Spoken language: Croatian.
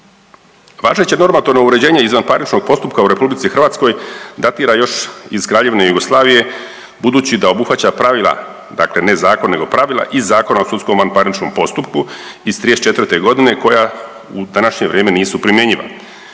Važeće normatorno uređenje izvanparničnog postupka u RH datira još iz Kraljevine Jugoslavije budući da obuhvaća pravila, dakle ne zakone nego pravila i Zakona o sudskom vanparničnom postupku iz '34. g. koja u današnje vrijeme nisu primjenjiva.